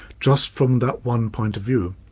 just from that one point of view.